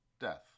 death